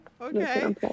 Okay